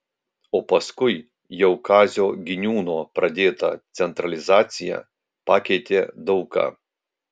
o paskui jau kazio giniūno pradėta centralizacija pakeitė daug ką